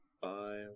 five